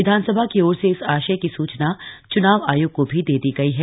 विधानसभा की ओर से इस आशय की सूचना च्नाव आयोग को भी दे दी गई है